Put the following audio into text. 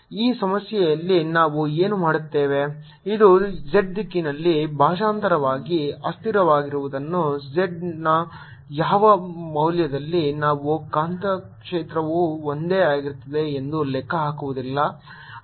ಈ ಸಮಸ್ಯೆಯಲ್ಲಿ ನಾನು ಏನು ಮಾಡುತ್ತೇನೆ ಇದು z ದಿಕ್ಕಿನಲ್ಲಿ ಭಾಷಾಂತರವಾಗಿ ಅಸ್ಥಿರವಾಗಿರುವುದರಿಂದ z ನ ಯಾವ ಮೌಲ್ಯದಲ್ಲಿ ನಾನು ಕಾಂತಕ್ಷೇತ್ರವು ಒಂದೇ ಆಗಿರುತ್ತದೆ ಎಂದು ಲೆಕ್ಕ ಹಾಕುವುದಿಲ್ಲ